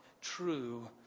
true